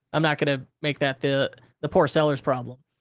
i'm not gonna make that the the poor seller's problem.